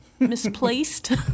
misplaced